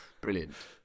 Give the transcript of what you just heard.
Brilliant